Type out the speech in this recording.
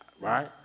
right